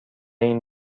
این